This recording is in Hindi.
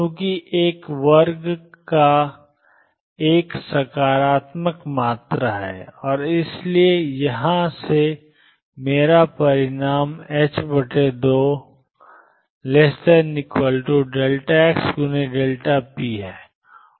क्योंकि एक वर्ग एक सकारात्मक मात्रा है और इसलिए यहाँ से मेरा परिणाम 2xp है